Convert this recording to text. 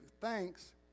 thanks